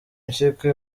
impyiko